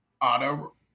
auto